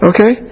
Okay